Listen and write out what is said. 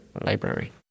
library